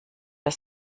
der